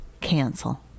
cancel